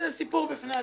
זה סיפור בפני עצמו.